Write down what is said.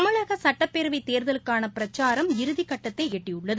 தமிழகசட்டப்பேரவைத் தோதலுக்கானபிரச்சாரம் இறுதிகட்டத்தைஎட்டியுள்ளது